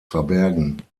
verbergen